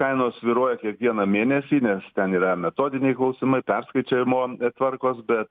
kainos svyruoja kiekvieną mėnesį nes ten yra metodiniai klausimai perskaičiavimo tvarkos bet